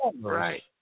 Right